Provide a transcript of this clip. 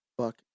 Fuck